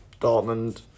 Dortmund